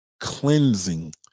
cleansing